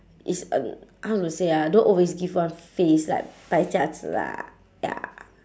it's a how to say ah don't always give us face like 摆架子啦 ya